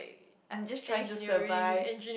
I'm just trying to survive